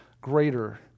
greater